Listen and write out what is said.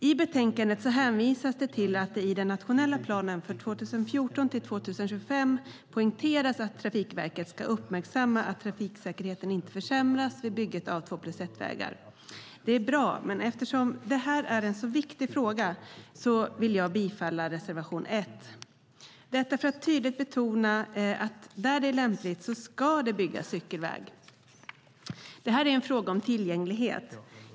I betänkandet hänvisas till att det i den nationella planen för 2014-2025 poängteras att Trafikverket ska uppmärksamma att trafiksäkerheten inte försämras vid bygget av två-plus-ett-vägar. Det är bra, men eftersom detta är en så viktig fråga vill jag yrka bifall till reservation 1 för att tydligt betona att där så är lämpligt ska det byggas cykelväg. Detta är en fråga om tillgänglighet.